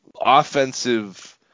offensive –